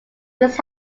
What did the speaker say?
these